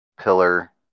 pillar